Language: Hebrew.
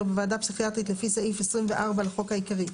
ועדה פסיכיאטרית לפי סעיף 24 לחוק העיקרי,